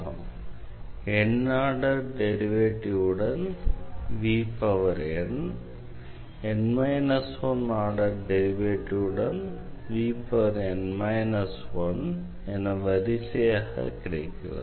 n order derivative உடன் n 1 order derivative உடன் என வரிசையாக கிடைக்கிறது